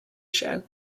show